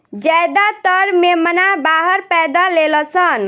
ज्यादातर मेमना बाहर पैदा लेलसन